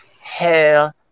Hell